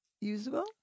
usable